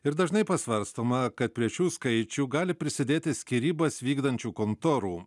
ir dažnai pasvarstoma kad prie šių skaičių gali prisidėti skyrybas vykdančių kontorų